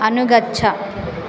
अनुगच्छ